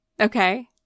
Okay